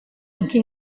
anche